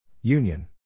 Union